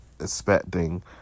expecting